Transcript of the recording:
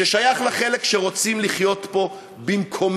ששייך לחלק של אלה שרוצים לחיות פה במקומנו,